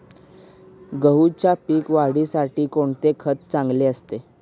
गहूच्या पीक वाढीसाठी कोणते खत चांगले असते?